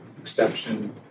exception